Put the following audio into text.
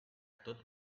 tot